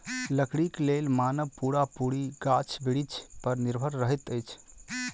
लकड़ीक लेल मानव पूरा पूरी गाछ बिरिछ पर निर्भर रहैत अछि